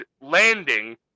landing